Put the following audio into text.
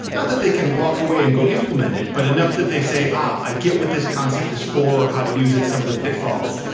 that that they can walk away and go implement it, but enough that they say, ah! i get what this concept is for or how to use it, some of the pitfalls.